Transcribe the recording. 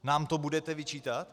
Nám to budete vyčítat?